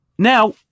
Now